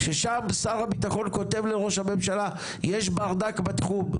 ששם שר הביטחון כותב לראש המשלה יש ברדק בתחום,